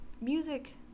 music